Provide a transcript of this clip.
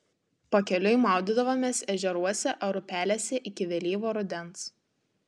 pakeliui maudydavomės ežeruose ar upelėse iki vėlyvo rudens